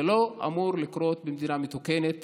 זה לא אמור לקרות במדינה מתוקנת.